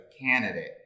candidate